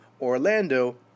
Orlando